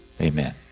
Amen